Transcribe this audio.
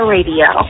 Radio